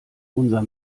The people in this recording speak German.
unser